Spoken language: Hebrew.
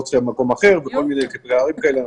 שחייה במקום אחר וכל מיני פערים כאלה,